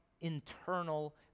internal